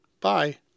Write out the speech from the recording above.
Bye